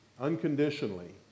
unconditionally